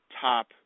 Top